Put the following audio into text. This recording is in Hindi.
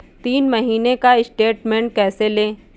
तीन महीने का स्टेटमेंट कैसे लें?